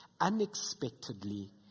unexpectedly